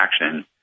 action